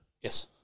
Yes